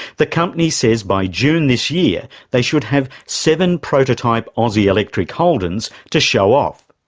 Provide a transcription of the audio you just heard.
the company says by june this year, they should have seven prototype aussie electric holdens to show off.